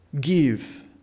give